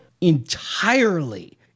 entirely